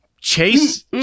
Chase